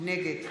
נגד